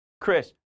Chris